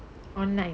online